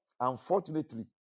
Unfortunately